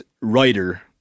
writer